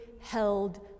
held